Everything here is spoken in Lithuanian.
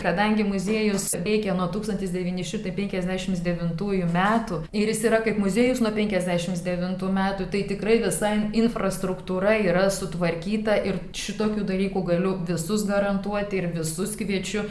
kadangi muziejus veikia nuo tūkstantis devyni šimtai penkiasdešimt devintųjų metų ir jis yra kaip muziejus nuo penkiasdešimt devintų metų tai tikrai visa infrastruktūra yra sutvarkyta ir šitokių dalykų galiu visus garantuoti ir visus kviečiu